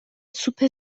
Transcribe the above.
سوپ